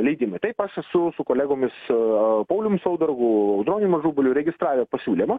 leidimai taip aš esu su kolegomis paulium saudargu audronium ažubaliu registravę pasiūlymą